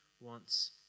wants